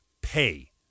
pay